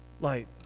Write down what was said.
light